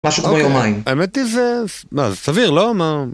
משהו כמו יומיים. האמת היא זה סביר, לא?